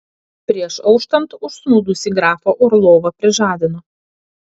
prieš auštant užsnūdusį grafą orlovą prižadino